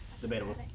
Debatable